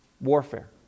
warfare